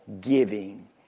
giving